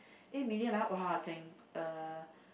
eight million ah !wah! can uh